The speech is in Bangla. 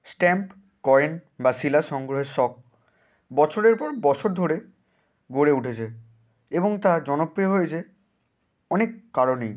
স্ট্যাম্প কয়েন বা শিলা সংগ্রহের শখ বছরের পর বছর ধরে গড়ে উঠেচে এবং তা জনপ্রিয় হয়েছে অনেক কারণেই